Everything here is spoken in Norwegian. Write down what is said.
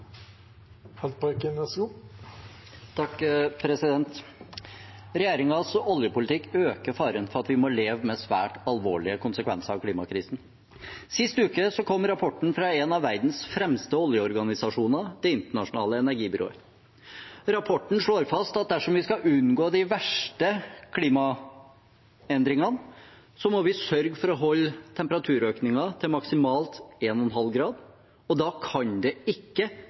oljepolitikk øker faren for at vi må leve med svært alvorlige konsekvenser av klimakrisen. Sist uke kom rapporten fra en av verdens fremste oljeorganisasjoner, Det internasjonale energibyrået. Rapporten slår fast at dersom vi skal unngå de verste klimaendringene, må vi sørge for å holde temperaturøkningen til maksimalt 1,5 grader, og da kan det ikke tillates nye olje- og